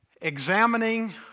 examining